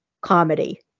comedy